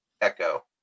Echo